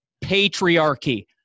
Patriarchy